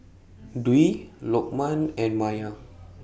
Dwi Lokman and Maya